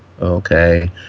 okay